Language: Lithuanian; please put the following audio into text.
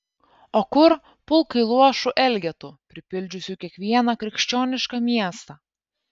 o kur pulkai luošų elgetų pripildžiusių kiekvieną krikščionišką miestą